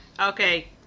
Okay